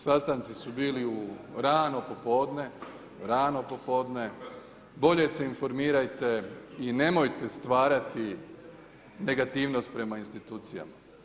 Sastanci su bili u rano popodne, rano popodne, bolje se informirajte i nemojte stvarati negativnost prema institucijama.